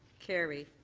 carried.